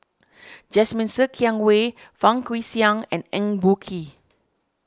Jasmine Ser Xiang Wei Fang Guixiang and Eng Boh Kee